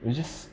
we just